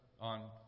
on